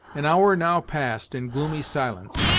an hour now passed in gloomy silence,